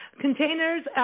Containers